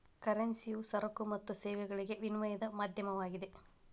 ಕರೆನ್ಸಿಯು ಸರಕು ಮತ್ತು ಸೇವೆಗಳಿಗೆ ವಿನಿಮಯದ ಮಾಧ್ಯಮವಾಗಿದೆ